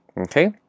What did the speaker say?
okay